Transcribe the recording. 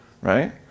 right